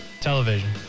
Television